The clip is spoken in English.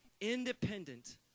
independent